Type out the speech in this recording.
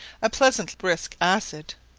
a pleasant brisk acid